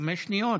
חמש שניות.